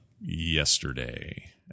yesterday